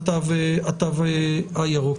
לאחר מכן נחזור לדיון על התו הירוק.,